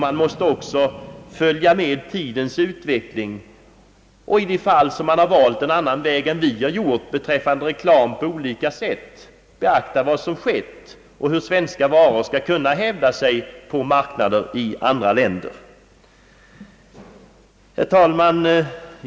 Man måste även följa med tidens utveckling och, i det fall andra länder har valt en annan väg än vad vi har gjort beträffande reklam, på alla sätt beakta vad som har skett och hur svenska varor skall kunna hävda sig på marknader i andra länder. Herr talman!